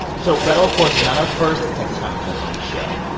so beto, of course, is not our first texas congressman on the show.